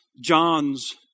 John's